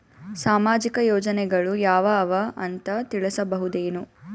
ಸಾಮಾಜಿಕ ಯೋಜನೆಗಳು ಯಾವ ಅವ ಅಂತ ತಿಳಸಬಹುದೇನು?